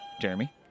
Jeremy